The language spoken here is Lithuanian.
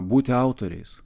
būti autoriais